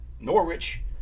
Norwich